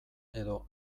edo